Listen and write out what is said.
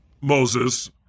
Moses